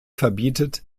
verbietet